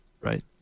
right